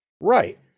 Right